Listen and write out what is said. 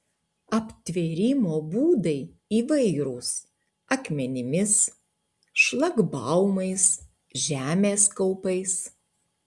aptvėrimo būdai įvairūs akmenimis šlagbaumais žemės kaupais